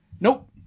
nope